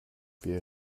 wir